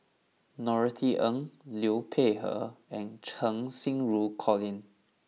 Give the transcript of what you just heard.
Norothy Ng Liu Peihe and Cheng Xinru Colin